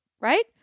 right